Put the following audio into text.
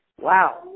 wow